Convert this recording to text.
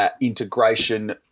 Integration